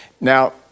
Now